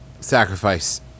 Sacrifice